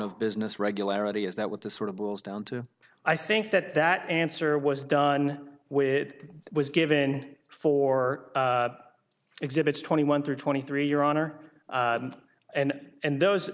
of business regularity is that what the sort of boils down to i think that that answer was done with was given for exhibits twenty one through twenty three your honor and those